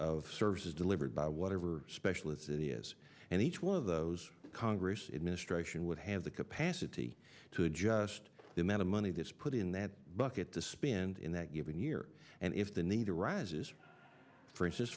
of services delivered by whatever specialists it is and each one of those congress administration would have the capacity to adjust the amount of money that's put in that bucket to spend in that given year and if the need arises f